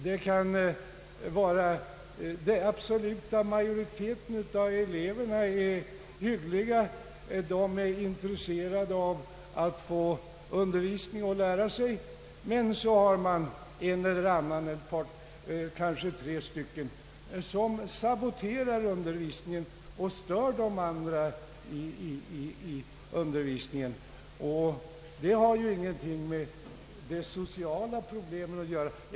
Det kan vara så att de allra flesta eleverna är hyggliga och intresserade av att få undervisning och lära sig. Men så har man en eller annan, kanske tre elever, som saboterar undervisningen och stör de andra. Det har ju ingenting med de sociala problemen att göra.